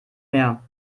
mehr